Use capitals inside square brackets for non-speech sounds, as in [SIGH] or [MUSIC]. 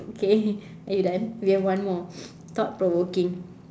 okay are you done we have one more [NOISE] thought provoking